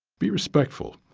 be respectful.